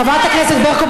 חברת הכנסת ברקו,